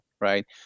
right